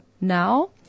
Now